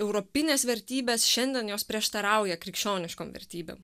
europinės vertybės šiandien jos prieštarauja krikščioniškom vertybėm